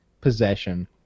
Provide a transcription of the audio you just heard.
possession